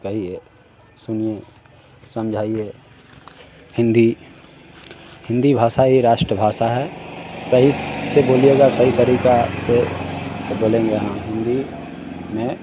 कहिए सुनिए समझाइए हिन्दी हिन्दी भाषा ही राष्ट्र भाषा है सही से बोलिएगा सही तरीक़े से तो बोलेंगे हम हिन्दी में